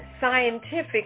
scientific